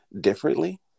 differently